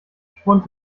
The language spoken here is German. schwund